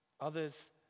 Others